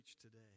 today